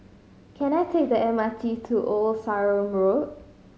can I take the M R T to Old Sarum Road